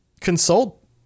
consult